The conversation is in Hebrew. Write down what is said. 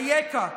אייכה,